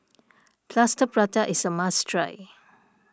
Plaster Prata is a must try